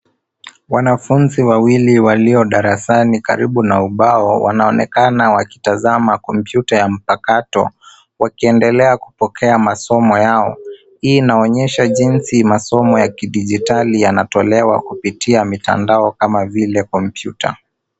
Wanafunzi wawili walio darasani karibu na ubao wanaonekana wakitazama kompyuta ya mpakato wakiendelea kupokea masomo yao, hii inaonyesha jinsi masomo ya kidijitali yanatolewa kupitia mitandao kama vile kompyuta.